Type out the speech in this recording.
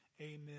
amen